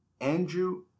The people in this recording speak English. Andrew